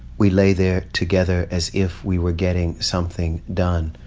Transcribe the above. we lay there together as if we were getting something done.